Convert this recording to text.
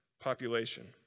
population